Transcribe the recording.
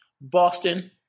Boston